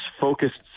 focused